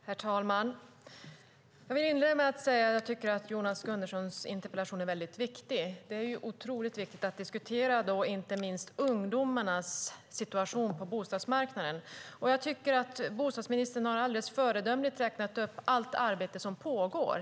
Herr talman! Jag vill inleda med att säga att jag tycker att Jonas Gunnarssons interpellation är viktig. Det är otroligt viktigt att diskutera inte minst ungdomarnas situation på bostadsmarknaden. Jag tycker att bostadsministern alldeles föredömligt har räknat upp allt arbete som pågår.